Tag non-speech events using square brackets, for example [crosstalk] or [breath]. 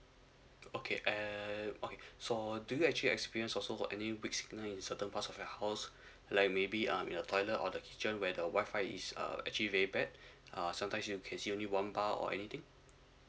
okay and okay so do you actually experience also got any weak signal in certain parts of your house [breath] like maybe um your toilet or the kitchen where the Wi-Fi is uh actually very bad [breath] uh sometimes you can see only one bar or anything